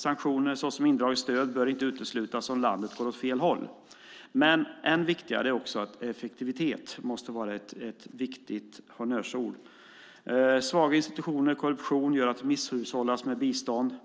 Sanktioner såsom indraget stöd bör inte uteslutas om landet går åt fel håll. Men än viktigare är att effektivitet måste vara ett viktigt honnörsord. Svaga institutioner och korruption gör att det misshushållas med bistånd.